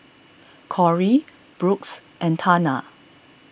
Kory Brooks and Tana